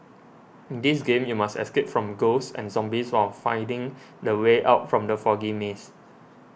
in this game you must escape from ghosts and zombies while finding the way out from the foggy maze